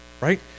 right